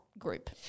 group